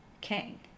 king